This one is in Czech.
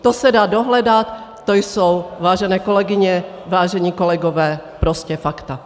To se dá dohledat, to jsou, vážené kolegyně, vážení kolegové, prostě fakta!